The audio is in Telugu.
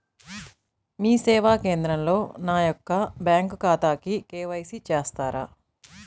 మీ సేవా కేంద్రంలో నా యొక్క బ్యాంకు ఖాతాకి కే.వై.సి చేస్తారా?